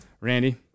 Randy